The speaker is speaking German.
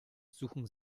suchen